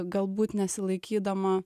galbūt nesilaikydama